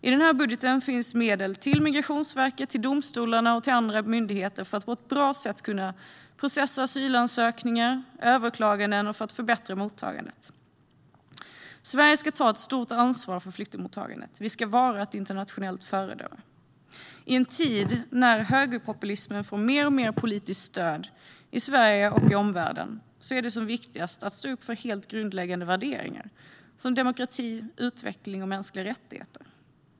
I den här budgeten finns medel till Migrationsverket, domstolarna och andra myndigheter för att på ett bra sätt kunna processa asylansökningar och överklaganden och för att förbättra mottagandet. Sverige ska ta ett stort ansvar för flyktingmottagandet. Vi ska vara ett internationellt föredöme. I en tid när högerpopulismen får mer och mer politiskt stöd i Sverige och i omvärlden är det som viktigast att stå upp för helt grundläggande värderingar som demokrati, utveckling och mänskliga rättigheter.